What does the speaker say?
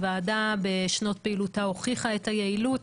הוועדה בשנות פעילותה הוכיחה את היעילות